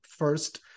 First